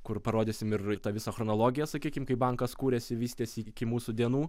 kur parodysim ir tą visą chronologiją sakykim kai bankas kūrėsi vystėsi iki mūsų dienų